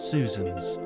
Susans